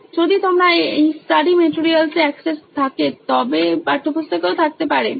প্রথম ছাত্র যদি তোমার এই স্টাডি মেটেরিয়ালস এ অ্যাক্সেস থাকে তবে পাঠ্যপুস্তকেও থাকতে পারে